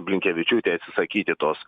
blinkevičiūtei atsisakyti tos